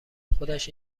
خودش